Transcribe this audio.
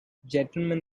gentlemen